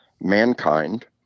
mankind